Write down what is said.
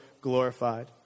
glorified